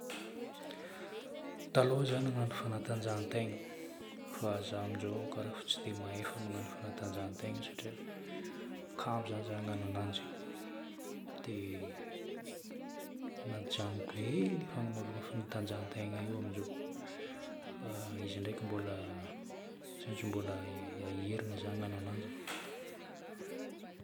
Taloha za nagnano fanatanjahan-tegna fa za amin'izao karaha efa tsy dia mahefa magnano fanatanjahan-tegna satria kamo zagny za hagnano ananjy. Dia najanoko hely io fagnanovagna fanatanjahan-tegna io amin'izao. Fa izy ndraiky mbola, tsy maintsy mbola hiherigna za hgnano ananjy.